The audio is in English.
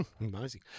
Amazing